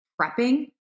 prepping